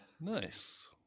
Nice